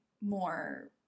more